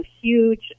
huge